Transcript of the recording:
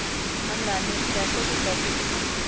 हमरा नेस्कैफे के कॉफी पसंद हई